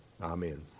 amen